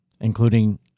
including